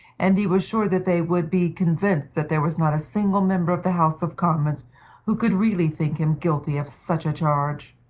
and he was sure that they would be convinced that there was not a single member of the house of commons who could really think him guilty of such a charge.